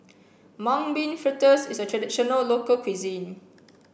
Mung Bean Fritters is a traditional local cuisine